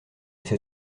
sais